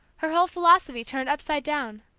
her whole philosophy turned upside down.